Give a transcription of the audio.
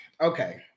okay